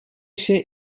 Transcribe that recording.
się